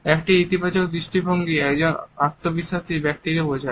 একটি ইতিবাচক দৃষ্টিভঙ্গি একজন আত্মবিশ্বাসী ব্যক্তিকে বোঝায়